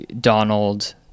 Donald